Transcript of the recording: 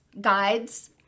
guides